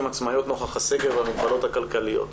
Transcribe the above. עצמאיות נוכח הסגר והמגבלות הכלכליות.